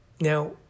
Now